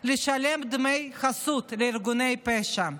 לשלם דמי חסות לארגוני פשע.